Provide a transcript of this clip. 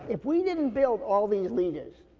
if we didn't build all these leaders,